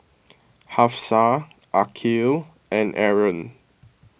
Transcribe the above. Hafsa Aqil and Aaron